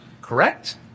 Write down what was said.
correct